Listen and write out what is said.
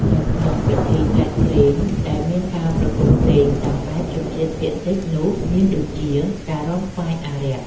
នៅក្នុងពិធីសែនព្រេនដែលមានការប្រគំភ្លេងតាមបែបជនជាតិភាគតិចនោះមានដូចជា ការរាំថ្វាយអារក្ស។